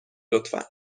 لطفا